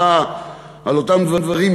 על אותם דברים,